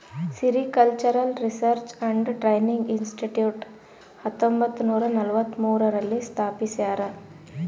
sericultural research and training institute ಹತ್ತೊಂಬತ್ತುನೂರ ನಲವತ್ಮೂರು ರಲ್ಲಿ ಸ್ಥಾಪಿಸ್ಯಾರ